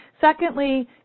Secondly